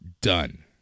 done